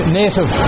native